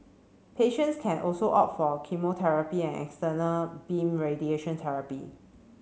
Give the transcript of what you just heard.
patients can also opt for chemotherapy and external beam radiation therapy